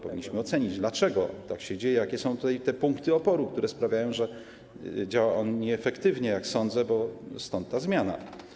Powinniśmy ocenić, dlaczego tak się dzieje, jakie są tutaj punkty oporu, które sprawiają, że działa on nieefektywnie, jak sądzę, bo chyba stąd ta zmiana.